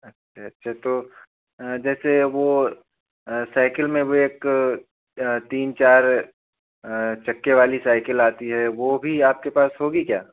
अच्छा अच्छा तो जैसे वह साइकिल में वे एक तीन चार चक्के वाली साइकिल आती है वह भी आपके पास होगी क्या